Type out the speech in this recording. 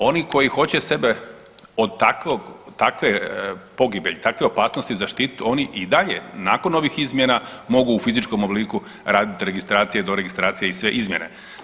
Oni koji hoće sebe od takvog, takve pogibelji, takve opasnosti zaštititi oni i dalje nakon ovih izmjena mogu u fizičkom obliku radit registracije, doregistracije i sve izmjene.